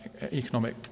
economic